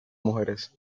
mujeres